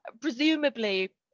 presumably